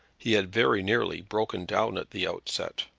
he had very nearly broken down at the onset,